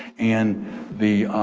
and the